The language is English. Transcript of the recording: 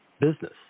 business